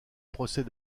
procès